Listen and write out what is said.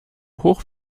hoch